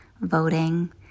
voting